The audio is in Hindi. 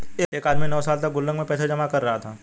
एक आदमी नौं सालों तक गुल्लक में पैसे जमा कर रहा था